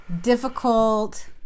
difficult